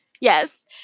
Yes